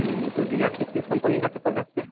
तो जी आप किस किस कंपनी की चप्पल रखते हैं